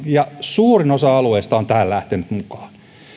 ja suurin osa alueista on tähän lähtenyt mukaan